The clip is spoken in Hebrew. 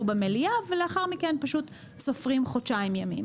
במליאה ולאחר מכן סופרים חודשיים ימים.